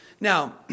Now